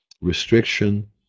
restriction